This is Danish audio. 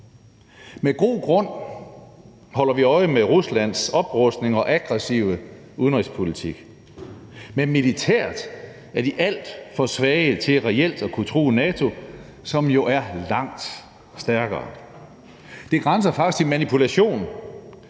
Med god grund holder vi øje med Ruslands oprustning og aggressive udenrigspolitik, men militært er de alt for svage til reelt at kunne true NATO, som jo er langt stærkere. Det grænser faktisk til manipulation,